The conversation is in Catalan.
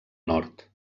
nord